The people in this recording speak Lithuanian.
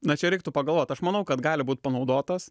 na čia reiktų pagalvot aš manau kad gali būt panaudotas